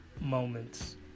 moments